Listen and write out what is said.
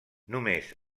només